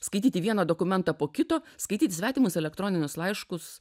skaityti vieną dokumentą po kito skaityti svetimus elektroninius laiškus